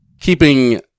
keeping